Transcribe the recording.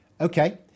okay